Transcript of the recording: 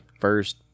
first